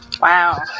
wow